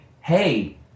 hey